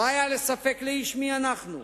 לא היה ספק לאיש מי אנחנו,